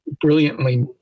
brilliantly